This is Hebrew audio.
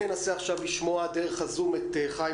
ננסה עכשיו לשמוע דרך ה-zoom את חיים